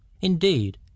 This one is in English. indeed